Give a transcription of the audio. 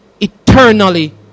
eternally